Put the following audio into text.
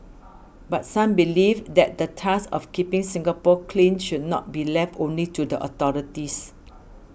but some believe that the task of keeping Singapore clean should not be left only to the authorities